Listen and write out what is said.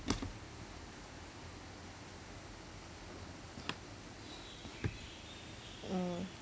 mm